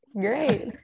great